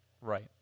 right